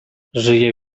żyje